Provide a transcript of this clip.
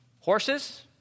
Horses